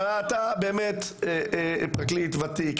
הרי אתה באמת פרקליט ותיק,